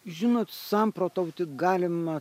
žinot samprotauti galima